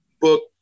book